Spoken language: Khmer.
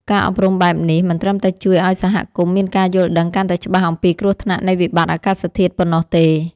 ការអប់រំបែបនេះ មិនត្រឹមតែជួយឱ្យសហគមន៍មានការយល់ដឹងកាន់តែច្បាស់អំពីគ្រោះថ្នាក់នៃវិបត្តិអាកាសធាតុប៉ុណ្ណោះទេ។